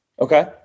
Okay